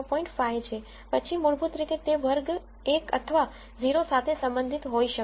5 છે પછી મૂળભૂત રીતે તે વર્ગ 1 અથવા વર્ગ 0 સાથે સંબંધિત હોઈ શકે